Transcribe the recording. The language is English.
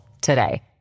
today